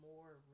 more